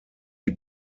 die